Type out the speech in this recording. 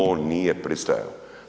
On nije pristajao.